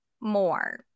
more